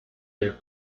del